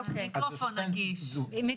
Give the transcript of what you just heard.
מיקרופון נגיש.